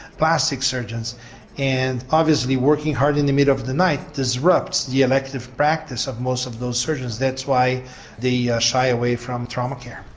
plastic surgeons and obviously working hard in the middle of the night disrupts the elective practice of most of those surgeons. that's why they shy away from trauma care.